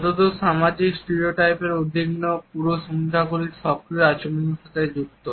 যতদূর সামাজিক স্টেরিওটাইপগুলি উদ্বিগ্ন পুরুষ ভুমিকাগুলি সক্রিয় আচরণের সাথে যুক্ত